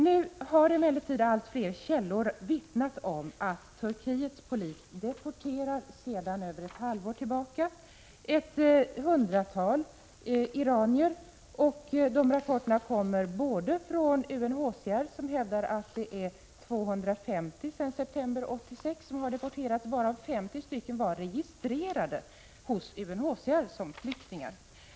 Nu har allt fler källor vittnat om att Turkiets polis sedan över ett halvår tillbaka har deporterat ett hundratal iranier. De rapporterna kommer från UNHCR, som hävdar att 250 personer har deporterats sedan september 1986. Av dessa var 50 registrerade hos UNHCR som flyktingar.